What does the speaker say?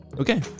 Okay